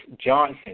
Johnson